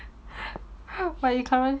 how about you current